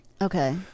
Okay